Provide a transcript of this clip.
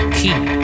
keep